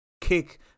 kick